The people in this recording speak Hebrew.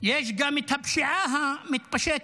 יש גם הפשיעה המתפשטת,